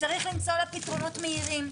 וצריך למצוא לה פתרונות מהירים.